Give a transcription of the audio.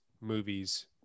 movies